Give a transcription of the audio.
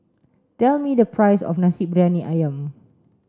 tell me the price of Nasi Briyani Ayam